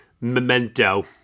memento